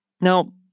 Now